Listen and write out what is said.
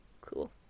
Cool